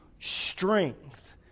strength